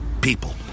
people